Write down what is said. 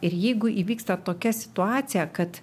ir jeigu įvyksta tokia situacija kad